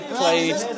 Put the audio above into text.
played